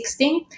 2016